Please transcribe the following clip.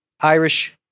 Irish